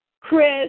Chris